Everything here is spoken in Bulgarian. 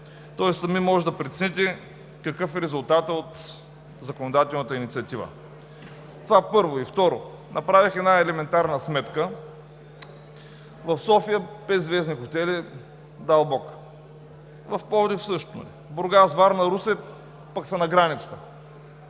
обекти. Сами може да прецените какъв е резултатът от законодателната инициатива. Това – първо. И второ, направих една елементарна сметка – в София петзвездни хотели дал бог, в Пловдив също, в Бургас, Варна, Русе пък са на границата.